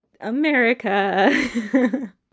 America